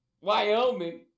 Wyoming